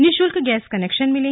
निशुल्क gas connection मिले